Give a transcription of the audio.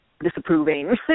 disapproving